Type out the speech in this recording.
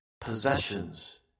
possessions